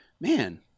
man